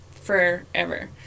forever